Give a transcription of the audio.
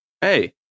Hey